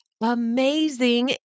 amazing